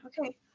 okay